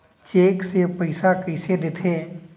Cheque से पइसा कइसे देथे?